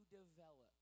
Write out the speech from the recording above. develop